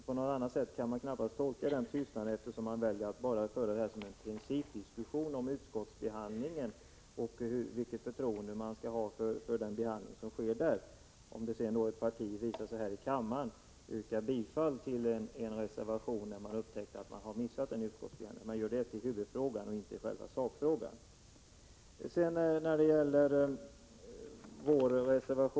På något annat sätt kan man knappast tolka tystnaden och Ralf Lindströms val att bara föra en principdiskussion om utskottsbehandlingen och vilket förtroende som man skall ha för denna. Att ett partis företrädare här i kammaren visar sig yrka bifall till en reservation efter det att partiet har upptäckt att man vid utskottsbehandlingen har gjort en miss gör Ralf Lindström till huvudfrågan i stället för att ägna sig åt sakfrågan.